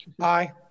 Aye